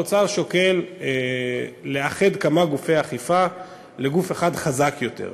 האוצר שוקל לאחד כמה גופי אכיפה לגוף אחד חזק יותר,